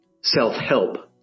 self-help